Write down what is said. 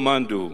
או מאן דהוא.